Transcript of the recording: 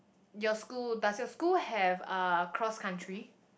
your school does your school have uh cross country